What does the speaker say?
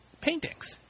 paintings